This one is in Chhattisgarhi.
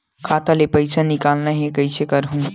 खाता ले पईसा निकालना हे, कइसे करहूं?